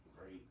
great